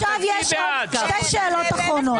עוד שתי שאלות אחרונות.